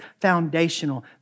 foundational